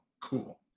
Cool